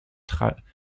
travaillent